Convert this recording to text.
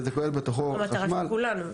שכולל בתוכו חשמל --- זאת המטרה של כולנו.